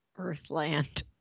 Earthland